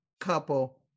couple